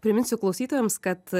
priminsiu klausytojams kad